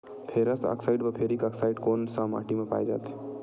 Ferrous oxide व ferric oxide कोन सा माटी म पाय जाथे?